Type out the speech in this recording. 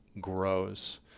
grows